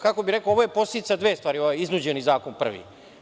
Kako bih rekao, ovo je posledica dve stvari, ovaj iznuđeni zakon prvi.